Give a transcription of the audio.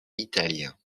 italiens